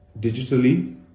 digitally